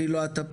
אני לא אטפל,